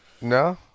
No